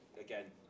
again